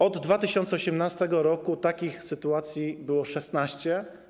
Od 2018 r. takich sytuacji było 16.